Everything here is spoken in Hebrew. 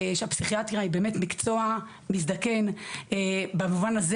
שהפסיכיאטריה היא באמת מקצוע מזדקן במובן הזה